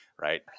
right